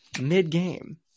mid-game